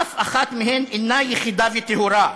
אף אחת מהן אינה יחידה וטהורה,